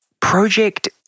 Project